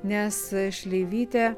nes šleivytė